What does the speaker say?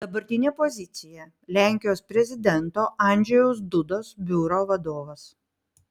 dabartinė pozicija lenkijos prezidento andžejaus dudos biuro vadovas